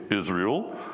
Israel